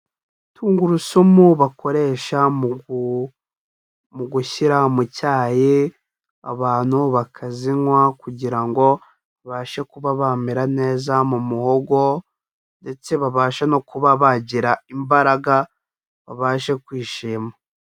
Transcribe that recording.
Tungurusumu bakoresha gushyira mu cyayi, abantu bakazinywa kugira ngo babashe kuba bamera neza mu muhogo ndetse babashe no kuba bagira imbaraga babashe kwishima.